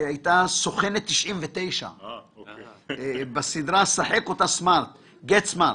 הייתה סוכנת 99 בסדרה שחק אותה סמארט (get smart).